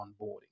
onboarding